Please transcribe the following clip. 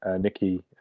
Nicky